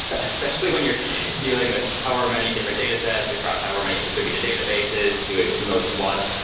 especially when you're dealing with however many different data sets across however many distributed databases, doing who knows what.